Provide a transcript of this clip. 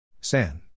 San